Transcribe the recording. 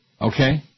Okay